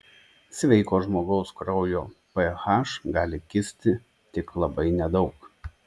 sveiko žmogaus kraujo ph gali kisti tik labai nedaug